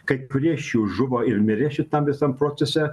kai kurie iš jų žuvo ir mirė šitam visam procese